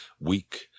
weak